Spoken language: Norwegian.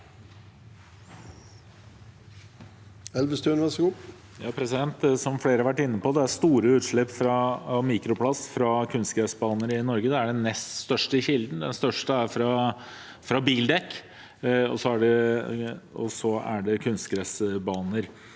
er det store utslipp av mikroplast fra kunstgressbaner i Norge. Det er den nest største kilden. Den største kilden er bildekk, og så er det kunstgressbaner.